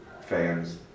fans